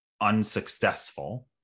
unsuccessful